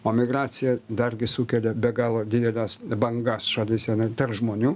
o migracija dargi sukelia be galo dideles bangas šalyse tarp žmonių